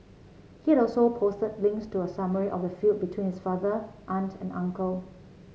he had also posted links to a summary of the feud between his father aunt and uncle